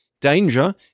Danger